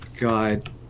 God